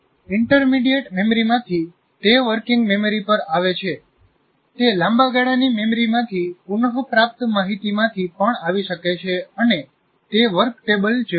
intermediate મેમરીમાંથી તે working સ્મૃતિ પર આવે છે તે લાંબા ગાળાની મેમરીમાંથી પુનપ્રાપ્ત માહિતીમાંથી પણ આવી શકે છે અને તે વર્ક ટેબલ જેવું છે